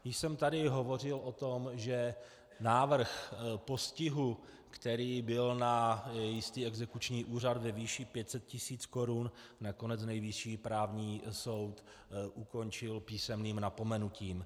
Již jsem tady hovořil o tom, že návrh postihu, který byl na jistý exekuční úřad ve výši 500 000 korun, nakonec Nejvyšší správní soud ukončil písemným napomenutím.